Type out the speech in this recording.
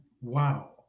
Wow